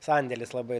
sandėlis labai